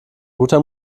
guter